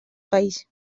país